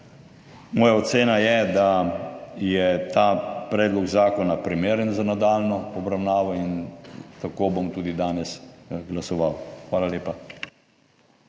Moja ocena je, da je ta predlog zakona primeren za nadaljnjo obravnavo in tako bom tudi danes glasoval. Hvala lepa.